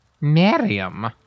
Miriam